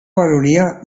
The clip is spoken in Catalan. baronia